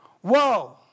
Whoa